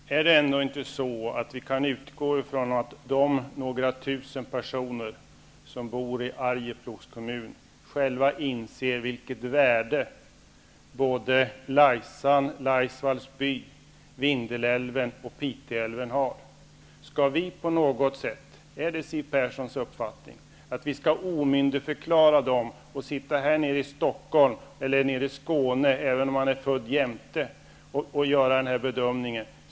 Herr talman! Kan vi ändå inte utgå ifrån att de några tusen personer som bor i Arjeplogs kommun själva inser vilket värde Laisan, Laisvalls by, Vindelälven och Piteälven har? Är det Siw Perssons uppfattning att vi skall omyndigförklara dem och sitta här i Stockholm eller i Skåne -- även om Siw Persson är född jämte -- och göra den bedömningen?